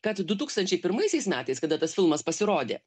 kad du tūkstančiai pirmaisiais metais kada tas filmas pasirodė